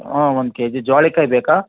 ಊಂ ಒಂದು K G ಜ್ವಾಳಿಕಾಯಿ ಬೇಕಾ